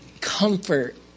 Comfort